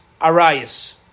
Arias